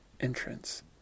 entrance